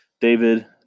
David